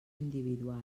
individual